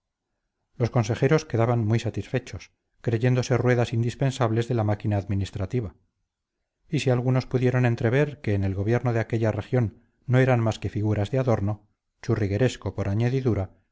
los consejeros quedaban muy satisfechos creyéndose ruedas indispensables de la máquina administrativa y si algunos pudieron entrever que en el gobierno de aquella región no eran más que figuras de adorno churrigueresco por añadidura